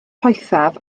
poethaf